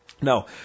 No